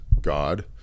God